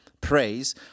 Praise